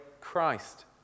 Christ